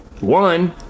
One